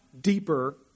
deeper